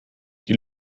die